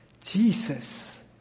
Jesus